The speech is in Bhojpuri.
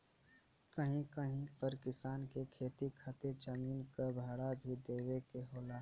कहीं कहीं पर किसान के खेती खातिर जमीन क भाड़ा भी देवे के होला